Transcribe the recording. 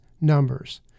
numbers